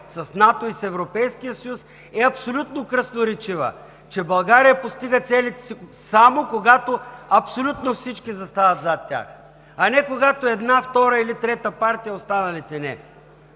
с НАТО и с Европейския съюз е абсолютно красноречива, че България постига целите си, само когато абсолютно всички застават зад тях, а не когато една, втора или трета партия, а останалите –